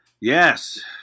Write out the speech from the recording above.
yes